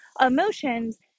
emotions